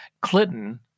Clinton